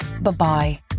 Bye-bye